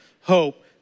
hope